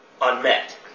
unmet